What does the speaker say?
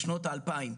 בשנות ה-2000.